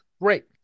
Great